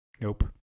Nope